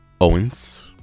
Owens